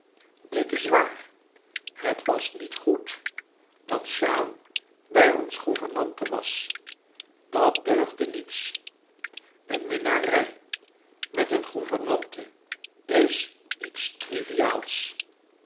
dit is waar het was niet goed dat jeanne bij ons gouvernante was dat deugde niets een minnarij met een gouvernante is iets triviaals